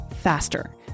faster